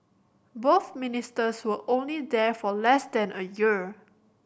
both Ministers were only there for less than a year